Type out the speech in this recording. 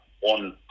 one